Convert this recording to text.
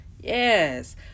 yes